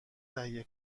تهیه